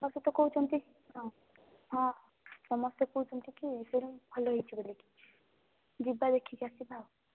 ସମସ୍ତେ ତ କହୁଛନ୍ତି ହଁ ହଁ ସମସ୍ତେ କହୁଛନ୍ତି କି ଫିଲ୍ମ ଭଲ ହେଇଛି ବୋଲିକି ଯିବା ଦେଖିକି ଆସିବା ଆଉ